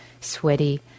sweaty